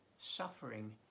suffering